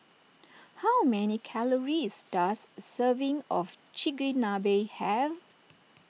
how many calories does a serving of Chigenabe have